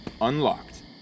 unlocked